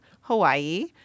Hawaii